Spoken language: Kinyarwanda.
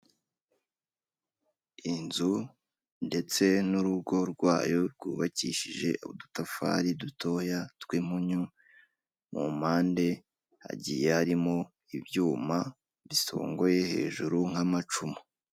Inzu ndetse n'urugo rwayo rwubakishije udutafari dutoya tw'impunyu, mu mpande hagiye harimo ibyuma bisongoye hejuru nk'amacumu.